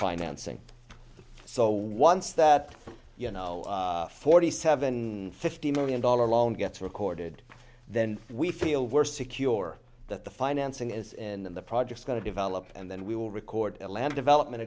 mansingh so once that you know forty seven fifty million dollar loan gets recorded then we feel we're secure that the financing is in the projects going to develop and then we will record a land development